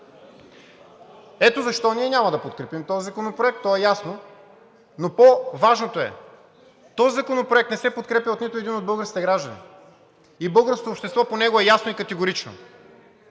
Ето защо ние няма да подкрепим този законопроект, то е ясно, но по-важното е – този законопроект не се подкрепя от нито един от българските граждани и българското общество по него ясно и категорично